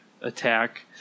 attack